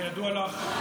כידוע לך,